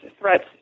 threats